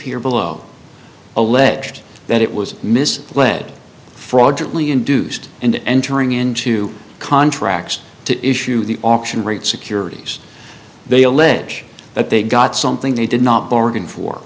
here below alleged that it was misled fraudulently induced and entering into contracts to issue the auction rate securities they allege that they got something they did not bargain for